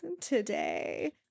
today